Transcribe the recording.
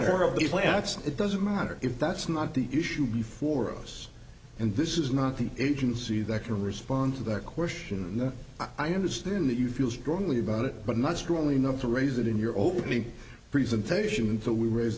the planet so it doesn't matter if that's not the issue before us and this is not the agency that can respond to that question and i understand that you feel strongly about it but not strongly enough to raise it in your opening presentation but we raise